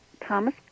Thomas